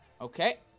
Okay